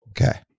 Okay